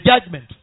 judgment